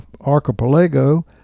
archipelago